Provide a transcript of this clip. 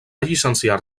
llicenciar